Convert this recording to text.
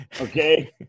Okay